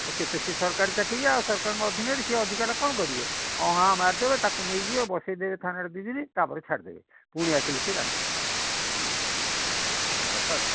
ଆଉ ସିଏ ତ ସିଏ ସରକାରୀ ଚାକିରୀଆ ଆଉ ସରକାରଙ୍କ ଅଧୀନରେ ସିଏ ଅଧିକାଟା କ'ଣ କରିବେ ହଁ ହଁ ମାରିଦେବେ ତାକୁ ନେଇଯିବେ ବସାଇ ଦେବେ ଥାନାରେ ଦୁଇ ଦିନ ତା'ପରେ ଛାଡ଼ଦେବେ ପୁଣି ଆସିଲେ ସିଏ କ'ଣ ସରକାର